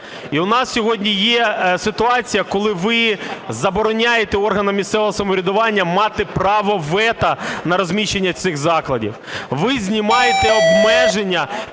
І у нас сьогодні є ситуація, коли ви забороняєте органам місцевого самоврядування мати право вето на розміщення цих закладів. Ви знімаєте обмеження